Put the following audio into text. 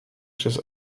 przez